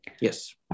Yes